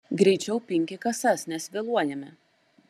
greičiau pinki kasas nes vėluojame